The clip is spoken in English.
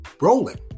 rolling